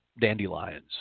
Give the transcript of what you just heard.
dandelions